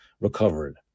recovered